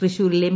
തൃശൂരിൽ എം